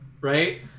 right